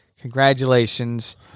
congratulations